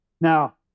Now